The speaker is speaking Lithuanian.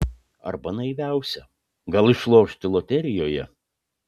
arba naiviausia gal išlošti loterijoje